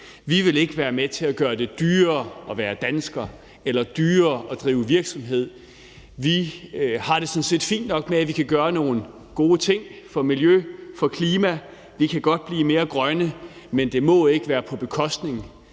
Vi vil ikke være med til at gøre det dyrere at være dansker eller at drive virksomhed. Vi har det sådan set fint nok med, at vi kan gøre nogle gode ting for miljøet og klimaet. Vi kan godt blive mere grønne, men det må ikke være på bekostning